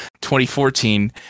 2014